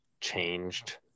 changed